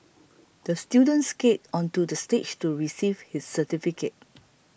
the student skated onto the stage to receive his certificate